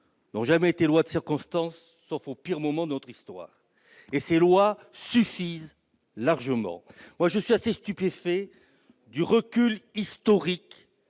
n'ont jamais été des lois de circonstance, sauf dans les pires moments de notre histoire. Et ces lois suffisent largement ! Je suis assez stupéfait du manque de recul historique